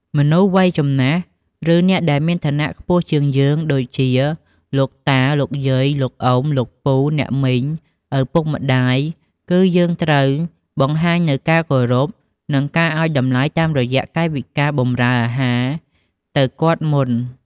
មនុស្សវ័យចំណាស់ ឬអ្នកដែលមានឋានៈខ្ពស់ជាងយើងដូចជា លោកតា លោកយាយ លោកអ៊ុំ លោកពូ អ្នកមីង ឪពុកម្ដាយ គឺយើងត្រូវបង្ហាញនូវ ការគោរព និងការឲ្យតម្លៃ តាមរយៈកាយវិការបម្រើអាហារទៅគាត់មុន។